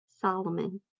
Solomon